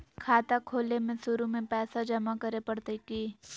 खाता खोले में शुरू में पैसो जमा करे पड़तई की?